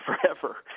forever